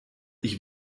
ich